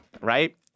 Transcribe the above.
right